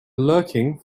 lurking